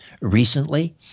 recently